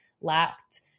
lacked